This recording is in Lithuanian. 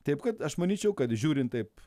taip kad aš manyčiau kad žiūrint taip